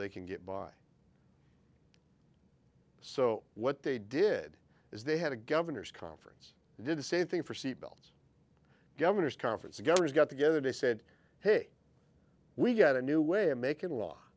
they can get by so what they did is they had a governor's conference and did the same thing for seat belt governors conference governors got together they said hey we got a new way of making law